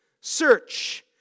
Search